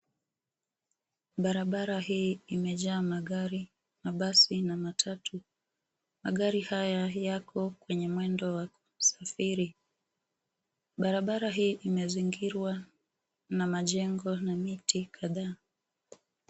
Barabara hii imejaa magari, mabasi na matatu. Magari haya yako kwenye mwendo wa usafiri. Barabara hii imezingirwa na majengo na miti kadhaa.